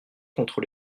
contre